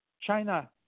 China